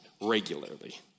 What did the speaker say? regularly